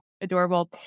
adorable